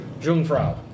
Jungfrau